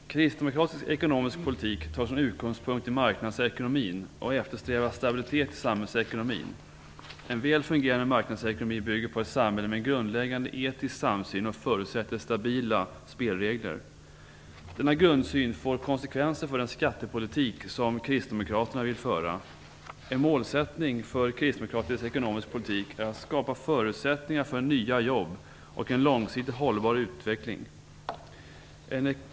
Fru talman! Kristdemokratisk ekonomisk politik tar sin utgångspunkt i marknadsekonomin och eftersträvar stabilitet i samhällsekonomin. En väl fungerande marknadsekonomi bygger på ett samhälle med en grundläggande etisk samsyn och förutsätter stabila spelregler. Denna grundsyn får konsekvenser för den skattepolitik som kristdemokraterna vill föra. En målsättning för kristdemokratisk ekonomisk politik är att skapa förutsättningar för nya jobb och en långsiktigt hållbar utveckling.